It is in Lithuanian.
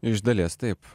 iš dalies taip